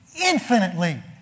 infinitely